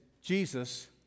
Jesus